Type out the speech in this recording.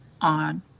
on